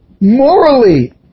Morally